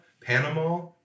Panama